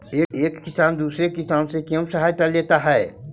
एक किसान दूसरे किसान से क्यों सहायता लेता है?